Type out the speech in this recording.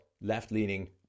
left-leaning